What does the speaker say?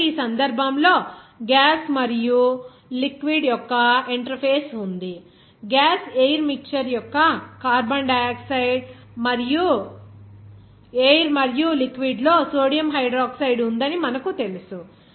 కాబట్టి ఈ సందర్భంలో ఈ గ్యాస్ మరియు లిక్విడ్ యొక్క ఇంటర్ఫేస్ ఉంది గ్యాస్ ఎయిర్ మిక్చర్ యొక్క కార్బన్ డయాక్సైడ్ మరియు ఎయిర్ మరియు లిక్విడ్ లో సోడియం హైడ్రాక్సైడ్ ఉందని మనకు తెలుసు